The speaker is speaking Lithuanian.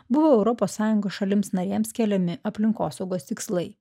buvo europos sąjungos šalims narėms keliami aplinkosaugos tikslai